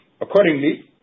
Accordingly